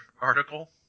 article